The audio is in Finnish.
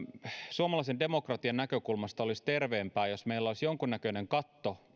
suomalaisen demokratian näkökulmasta olisi terveempää jos meillä olisi jonkunnäköinen katto